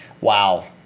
Wow